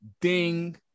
ding